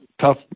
tough